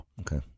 Okay